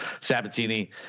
Sabatini